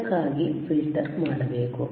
ಅದಕ್ಕಾಗಿ ಫಿಲ್ಟರ್ ಮಾಡಬೇಕು